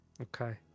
Okay